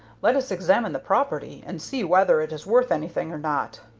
let us examine the property, and see whether it is worth anything or not.